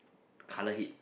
colour hit